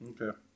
Okay